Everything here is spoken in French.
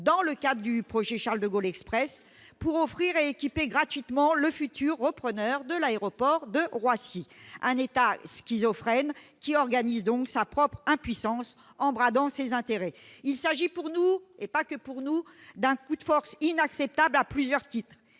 dans le cadre du projet Charles-de-Gaulle Express, pour équiper gratuitement le futur repreneur de l'aéroport de Roissy : un État schizophrène qui organise donc sa propre impuissance en bradant ses intérêts. Il s'agit, pour nous, mais pas seulement pour nous, d'un coup de force inacceptable, et ce à plusieurs titres.